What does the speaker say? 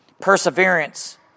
Perseverance